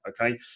Okay